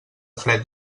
fred